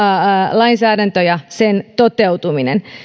lainsäädäntö ja sen toteutuminen